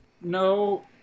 No